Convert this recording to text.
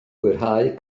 hwyrhau